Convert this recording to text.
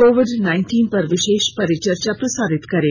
Covid पर विशेष परिचर्चा प्रसारित करेगा